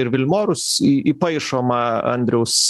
ir vilmorus į į paišoma andriaus